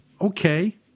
Okay